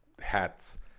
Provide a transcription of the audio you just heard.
hats